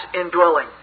indwelling